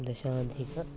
दशाधिकं